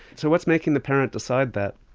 so what's making the parent decide that?